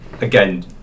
again